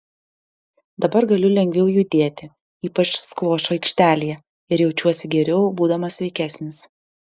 dabar galiu lengviau judėti ypač skvošo aikštelėje ir jaučiuosi geriau būdamas sveikesnis